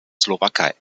slowakei